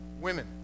women